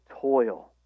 toil